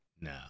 No